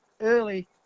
early